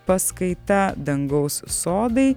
paskaita dangaus sodai